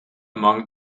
among